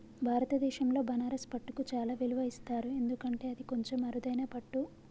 భారతదేశంలో బనారస్ పట్టుకు చాలా విలువ ఇస్తారు ఎందుకంటే అది కొంచెం అరుదైన పట్టు